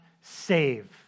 save